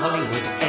Hollywood